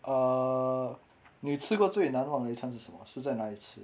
err 你吃过最难忘的一餐是什么是在哪里吃